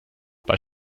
bei